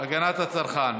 הגנת הצרכן.